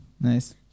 Nice